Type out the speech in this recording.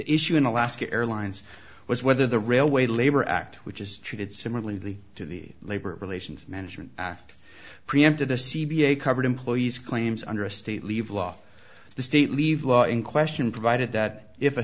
issue in alaska airlines was whether the railway labor act which is treated similarly to the labor relations management act preempted a c b a covered employees claims under a state leave law the state leave law in question provided that if a